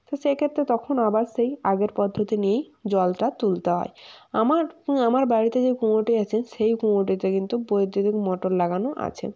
তো সেইক্ষেত্রে তখন আবার সেই আগের পদ্ধতি নিয়েই জলটা তুলতে হয় আমার আমার বাড়িতে যে কুঁয়োটি আছে সেই কুঁয়োটিতে কিন্তু বৈদ্যুতিক মোটর লাগানো আছে